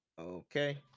Okay